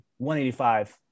185